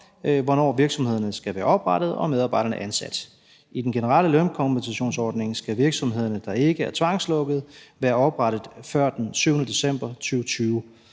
hvornår virksomhederne skal være oprettet og medarbejderne ansat. I den generelle lønkompensationsordning skal virksomhederne, der ikke er tvangslukkede, være oprettet før den 7. december 2020.